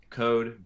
code